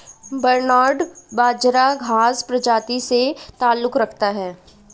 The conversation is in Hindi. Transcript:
बरनार्ड बाजरा घांस प्रजाति से ताल्लुक रखता है